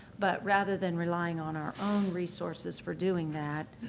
but rather than relying on our own resources for doing that,